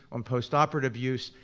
on post-operative use,